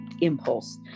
impulse